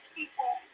people